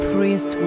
Priest